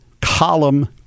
column